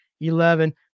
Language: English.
eleven